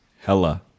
hella